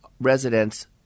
residents